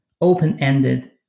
open-ended